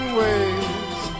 ways